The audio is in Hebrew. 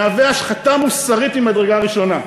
הוא השחתה מוסרית ממדרגה ראשונה.